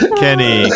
kenny